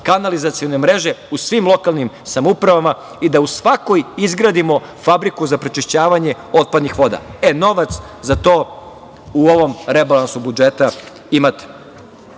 kanalizacione mreže u svim lokalnim samoupravama i da u svakoj izgradimo fabriku za prečišćavanje otpadnih voda. E, novac za to u ovom rebalansu budžeta imate. Kada